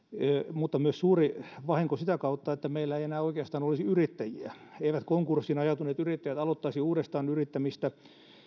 mutta suuri vahinko myös sitä kautta että meillä ei enää oikeastaan olisi yrittäjiä konkurssiin ajautuneet yrittäjät eivät aloittaisi uudestaan yrittämistä